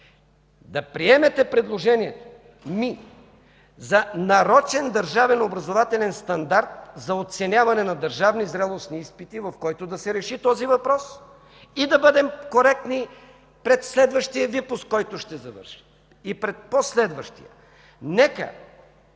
да приемете предложението ми за нарочен държавен образователен стандарт за оценяване на държавни зрелостни изпити, в който да се реши този въпрос, и да бъдем коректни пред следващия випуск, който ще завърши, и пред по-следващия. Нека